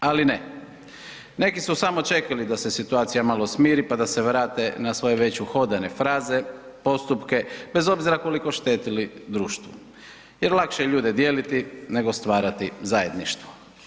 Ali ne, neki su samo čekali da se situacija malo smiri pa da se vrate na svoje već uhodane fraze, postupke, bez obzira koliko štetili društvu jer lakše je ljude dijeliti nego stvarati zajedništvo.